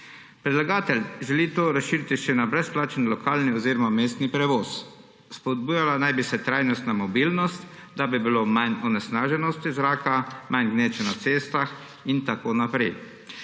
Predlagatelj želi to razširiti še na brezplačen lokalni oziroma mestni prevoz. Spodbujala naj bi se trajnostna mobilnost, da bi bilo manj onesnaženosti zraka, manj gneče na cestah in tako naprej.